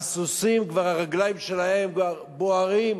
הסוסים, הרגליים שלהם כבר בוערות.